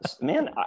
man